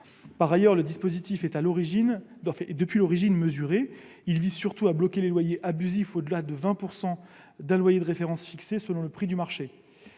Par ailleurs, le dispositif est, depuis l'origine, mesuré. Il vise surtout à bloquer les loyers abusifs, au-delà de 20 % d'un loyer de référence fixé selon les prix du marché.